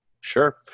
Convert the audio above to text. Sure